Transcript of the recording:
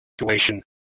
situation